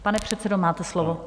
Pane předsedo, máte slovo.